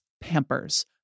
Pampers